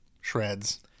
shreds